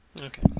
Okay